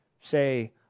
say